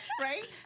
right